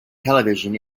television